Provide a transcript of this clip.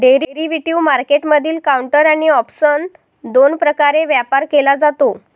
derivative मार्केटमधील counter आणि option दोन प्रकारे व्यापार केला जातो